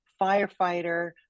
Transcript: firefighter